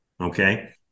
Okay